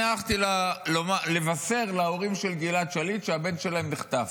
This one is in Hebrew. אני הלכתי לבשר להורים של גלעד שליט שהבן שלהם נחטף,